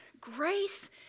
Grace